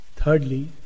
Thirdly